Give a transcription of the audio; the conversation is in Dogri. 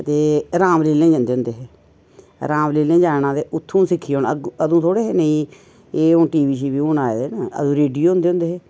ते रामलीलें जंदे हुंदे हे रामलीलें जाना ते उत्थुं सिक्खी औना अदूं थोह्ड़े हे नेह् एह् हून टीवी शीवी हून आए दे ना अदूं रेडियो हुंदे होंदे हे